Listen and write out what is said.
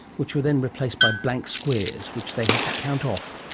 which were then replaced by blank squares which they had to count off,